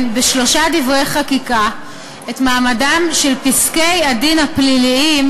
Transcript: בשלושה דברי חקיקה את מעמדם של פסקי-הדין הפליליים